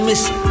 miss